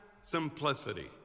simplicity